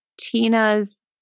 tina's